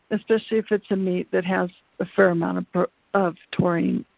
especially if it's a meat that has a fair amount but of taurine,